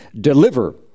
deliver